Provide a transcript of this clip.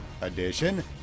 edition